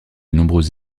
nombreuses